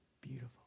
beautiful